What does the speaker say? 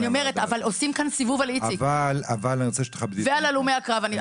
אבל עושים כאן סיבוב על איציק ועל הלומי הקרב.